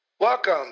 Welcome